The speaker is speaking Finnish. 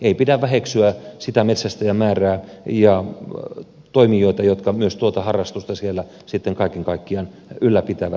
ei pidä väheksyä sitä metsästäjämäärää ja toimijoita jotka tuota harrastusta siellä kaiken kaikkiaan ylläpitävät